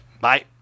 Bye